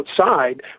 outside